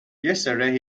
yesterday